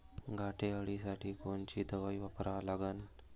घाटे अळी साठी कोनची दवाई वापरा लागन?